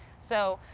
so,